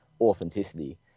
authenticity